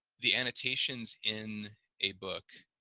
the annotations in a book